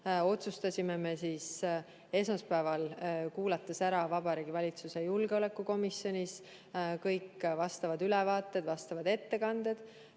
otsustasime me esmaspäeval, kuulates ära Vabariigi Valitsuse julgeolekukomisjonis kõik vastavad ülevaated, vastavad ettekanded,